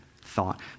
thought